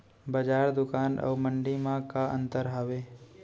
बजार, दुकान अऊ मंडी मा का अंतर हावे?